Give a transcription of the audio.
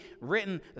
written